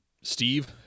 Steve